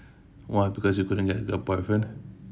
what because you couldn't get a boyfriend